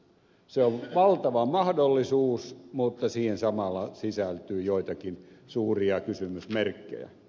se on valtava mahdollisuus mutta siihen samalla sisältyy joitakin suuria kysymysmerkkejä